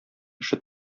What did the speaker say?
эше